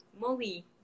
molly